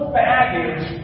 baggage